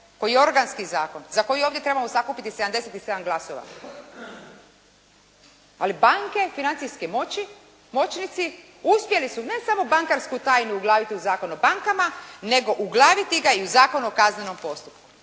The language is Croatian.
koji je organski zakon za koji ovdje trebamo sakupiti 77 glasova. Ali banke i financijski moćnici uspjeli su ne samo bankarsku tajnu uglaviti u Zakon o bankama nego uglaviti ga i u Zakon o kaznenom postupku